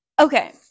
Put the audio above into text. Okay